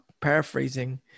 paraphrasing